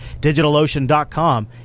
DigitalOcean.com